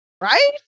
right